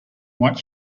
white